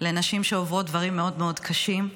לנשים שעוברות דברים מאוד מאוד קשים.